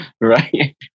Right